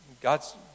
God's